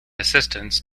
assistance